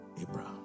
Abraham